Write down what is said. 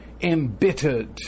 embittered